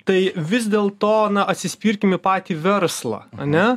tai vis dėlto na atsispirkim į patį verslą ane